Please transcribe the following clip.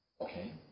Okay